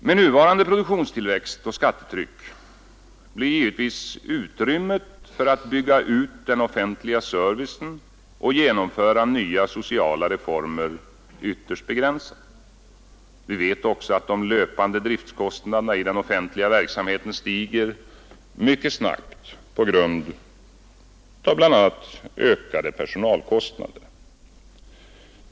Med nuvarande produktionstillväxt och skattetryck blir givetvis utrymmet för att bygga ut den offentliga servicen och genomföra nya sociala reformer ytterst begränsat. Vi vet också att de löpande driftkostnaderna i den offentliga verksamheten stiger mycket snabbt på grund av bl.a. ökade personalkostnader.